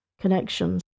connections